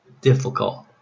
difficult